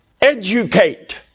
educate